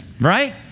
right